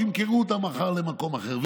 שימכרו אותן מחר למקום אחר,